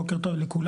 בוקר טוב לכולם.